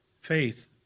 faith